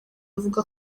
avuga